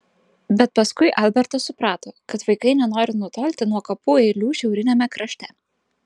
bet paskui albertas suprato kad vaikai nenori nutolti nuo kapų eilių šiauriniame krašte